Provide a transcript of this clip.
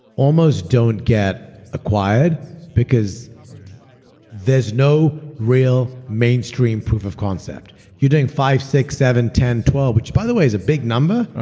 almost don't get acquired because there's no real mainstream proof of concept. you're doing five, six, seven, ten, twelve, which by the way's a big number,